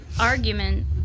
argument